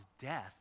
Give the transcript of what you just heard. death